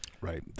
Right